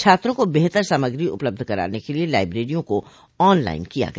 छात्रों को बेहतर सामग्री उपलब्ध कराने के लिए लाईब्रेरियों को ऑनलाइन किया गया